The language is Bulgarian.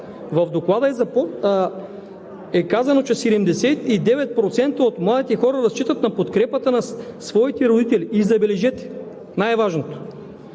в Доклада е казано, че 79% от младите хора разчитат на подкрепата на своите родители и забележете, най-важното